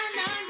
no